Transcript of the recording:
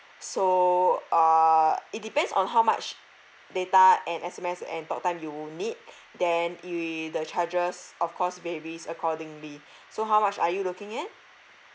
so uh it depends on how much data and S_M_S and talk time you will need then it the charges of course varies accordingly so how much are you looking at